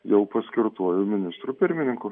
jau paskirtuoju ministru pirmininku